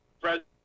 President